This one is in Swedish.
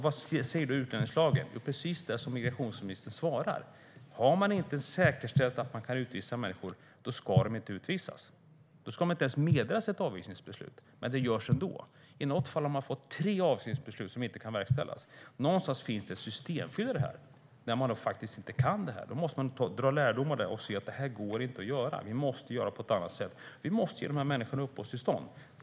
Vad säger då utlänningslagen? Jo, den säger precis detsamma som migrationsministern svarar: Har man inte säkerställt att man kan utvisa människor ska de inte utvisas. Då ska de inte ens meddelas avvisningsbeslut, men det görs ändå. I något fall har man fått tre avvisningsbeslut som inte kan verkställas. Någonstans här finns ett systemfel. Då måste man dra lärdom av detta och säga att det inte går att göra på detta sätt. Vi måste göra på annat sätt: Vi måste ge de här människorna uppehållstillstånd.